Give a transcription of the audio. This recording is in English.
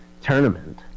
tournament